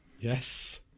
Yes